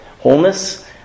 wholeness